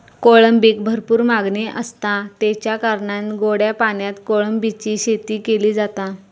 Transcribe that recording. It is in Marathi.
कोळंबीक भरपूर मागणी आसता, तेच्या कारणान गोड्या पाण्यात कोळंबीची शेती केली जाता